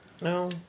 No